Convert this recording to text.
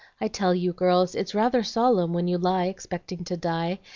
i tell you, girls, it's rather solemn when you lie expecting to die,